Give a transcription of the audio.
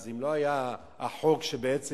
אז אם לא היה החוק שאומר,